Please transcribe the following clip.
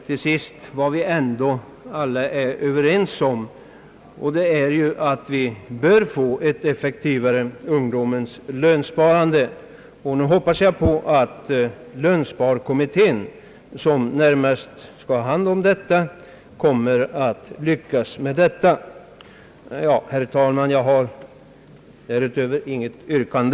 En sak som vi väl ändå alla är överens om är att vi bör få ett effektivare ungdomens lönsparande. Jag hoppas att lönsparkommittén, som närmast skall handha denna fråga, kommer att lyckas med sin uppgift. Jag har, herr talman, inget yrkande.